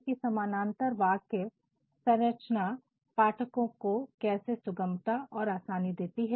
अब हम देखेंगे कि समानांतर वाक्य संरचना पाठकों को कैसे सुगमता और आसानी देती है